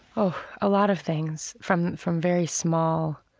oh, a lot of things from from very small,